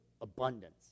abundance